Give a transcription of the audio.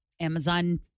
Amazon